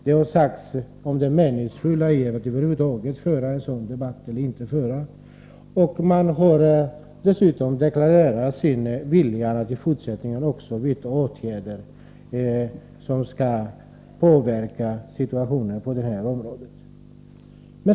Det har ifrågasatts om det över huvud taget är meningsfullt att föra en debatt. Man har dessutom deklarerat sin vilja att i fortsättningen vidta åtgärder, som skall påverka situationen på detta område.